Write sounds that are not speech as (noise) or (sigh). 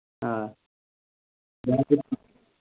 آ (unintelligible)